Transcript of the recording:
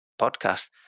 podcast